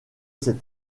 cet